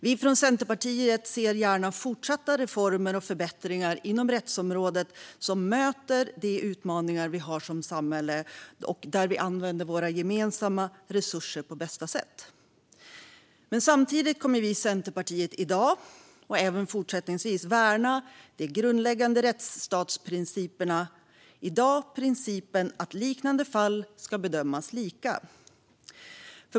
Vi från Centerpartiet ser gärna fortsatta reformer och förbättringar inom rättsområdet som möter de utmaningar vi har som samhälle och där vi använder våra gemensamma resurser på bästa sätt. Men samtidigt kommer vi i Centerpartiet i dag och även fortsättningsvis att värna de grundläggande rättsstatsprinciperna, det vill säga i dag principen att liknande fall ska bedömas lika.